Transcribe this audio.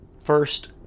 first